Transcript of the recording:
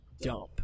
dump